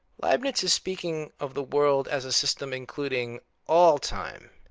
leibniz is speaking of the world as a system including all time,